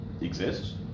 Exists